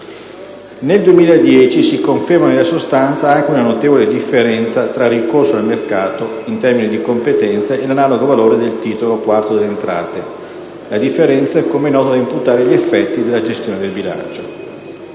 Nel 2010 si conferma nella sostanza anche una notevole differenza tra ricorso al mercato, in termini di competenza, e l'analogo valore del titolo IV delle entrate. La differenza è - come noto - da imputare agli effetti della gestione del bilancio.